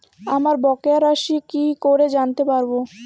আমার বকেয়া রাশি কি করে জানতে পারবো?